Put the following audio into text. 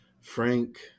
frank